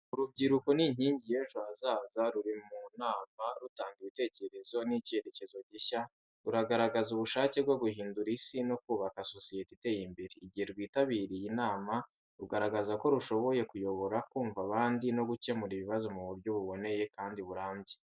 Urubyiruko ni inkingi y’ejo hazaza, ruri mu nama rutanga ibitekerezo n’icyerekezo gishya. Ruragaragaza ubushake bwo guhindura isi no kubaka sosiyete iteye imbere. Igihe rwitabiriye inama, rugaragaza ko rushoboye kuyobora, kumva abandi no gukemura ibibazo mu buryo buboneye kandi burambye.